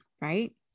right